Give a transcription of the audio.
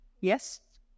Yes